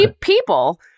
people